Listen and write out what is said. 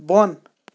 بۄن